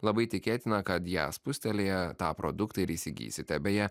labai tikėtina kad ją spustelėję tą produktą ir įsigysite beje